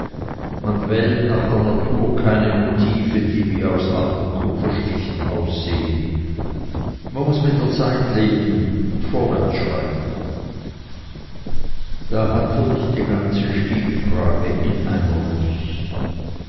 man wählt nach der natur keine motive die wie aus alten kupferstichen aussehen man muß mit der zeit leben und vorwärtsschreiten da hatte ich die ganze stilfrage in einer nuß